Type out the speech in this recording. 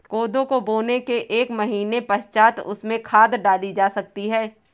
कोदो को बोने के एक महीने पश्चात उसमें खाद डाली जा सकती है